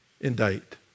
Indict